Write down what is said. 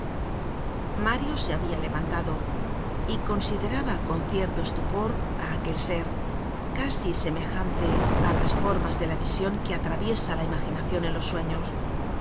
mario se habia levantado y consideraba con cierto estupor á aquel ser casi semejante á las formas de la vision que atraviesa la imaginacion en los sueños